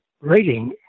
rating